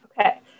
okay